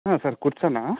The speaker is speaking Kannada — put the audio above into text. ಹಾಂ ಸರ್ ಕೊಡ್ಸಣ